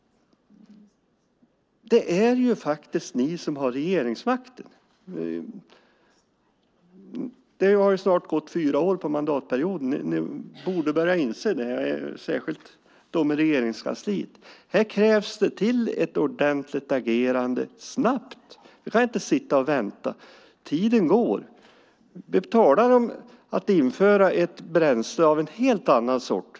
Det är ni som har regeringsmakten. Det har snart gått fyra år av mandatperioden, ni borde börja inse det och särskilt de i Regeringskansliet. Här krävs det ett ordentligt agerande snabbt. Vi kan inte sitta och vänta; tiden går. Vi talar om att införa ett bränsle av en helt annan sort.